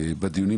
בדיונים,